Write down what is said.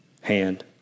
hand